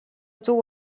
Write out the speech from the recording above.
зөв